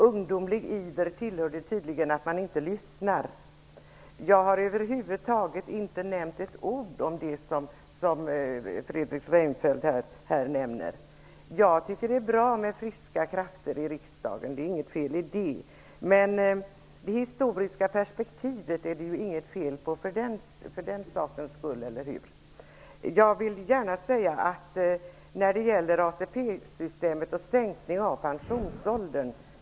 Herr talman! Det tillhör tydligen ungdomlig iver att man inte lyssnar. Jag har över huvud taget inte nämnt ett ord om det som Fredrik Reinfeldt här nämner. Jag tycker att det är bra med friska krafter i riksdagen. Det är inget fel i det. Men för den sakens skull är det inget fel på att ha det historiska perspektivet. Eller hur? Vidare var det frågan om ATP-systemet och sänkningen av pensionsåldern.